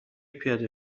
پیاده